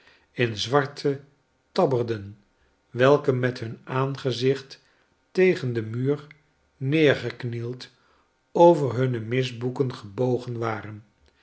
in zwarte tabberden welke met hun aangezicht tegen den muur neergeknield over hunne misboeken gebogen waren